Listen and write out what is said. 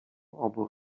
obu